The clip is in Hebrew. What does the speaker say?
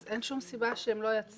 אז אין שום סיבה שהם לא יצביעו.